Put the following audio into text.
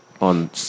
on